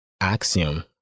axiom